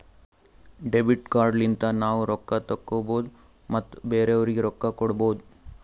debit card ಲಿಂತ ನಾವ್ ರೊಕ್ಕಾ ತೆಕ್ಕೋಭೌದು ಮತ್ ಬೇರೆಯವ್ರಿಗಿ ರೊಕ್ಕಾ ಕೊಡ್ಭೌದು